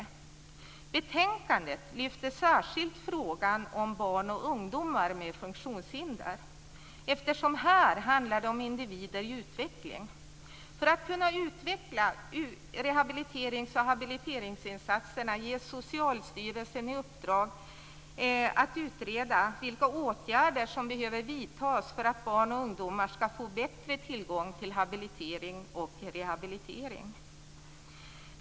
I betänkandet lyfts särskilt frågan om barn och ungdomar med funktionshinder fram, eftersom det här handlar om individer i utveckling. För att kunna utveckla rehabiliterings och habiliteringsinsatserna ges Socialstyrelsen i uppdrag att utreda vilka åtgärder som behöver vidtas för att barn och ungdomar ska få bättre tillgång till habilitering och rehabilitering.